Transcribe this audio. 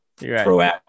proactive